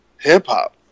hip-hop